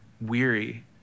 weary